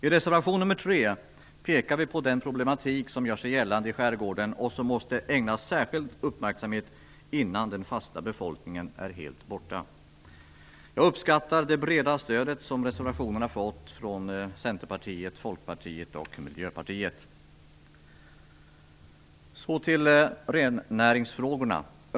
I reservation nr 3 pekar vi på den problematik som gör sig gällande i skärgården och som måste ägnas särskild uppmärksamhet innan den fasta befolkningen är helt borta. Jag uppskattar det breda stöd som reservationen har fått också av Centern, Folkpartiet och Så över till rennäringsfrågorna.